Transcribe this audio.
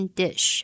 dish